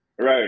right